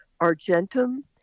Argentum